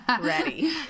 ready